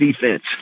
defense